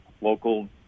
local